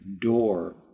door